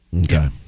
Okay